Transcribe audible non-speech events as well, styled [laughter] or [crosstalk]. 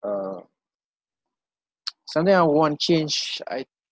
uh [noise] something I want to change I